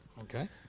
Okay